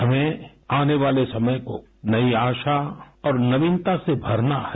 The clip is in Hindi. हमें आने वाले समय को नई आशा और नवीनता से भरना है